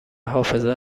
حافظه